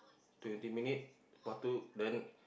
twenty minute for two then